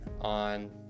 on